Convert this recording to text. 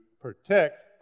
protect